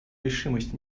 решимость